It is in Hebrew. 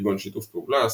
כגון שיתוף פעולה,